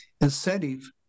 incentive